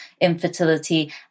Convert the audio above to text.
infertility